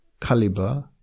caliber